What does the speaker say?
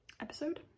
episode